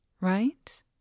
right